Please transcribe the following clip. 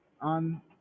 on